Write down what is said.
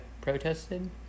protested